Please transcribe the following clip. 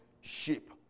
ship